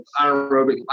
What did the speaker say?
anaerobic